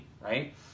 right